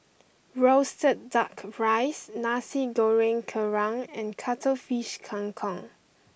Roasted Duck Rice Nasi Goreng Kerang and Cuttlefish Kang Kong